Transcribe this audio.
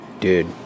Dude